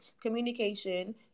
communication